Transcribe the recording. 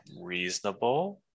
reasonable